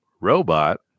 robot